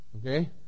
Okay